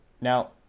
Now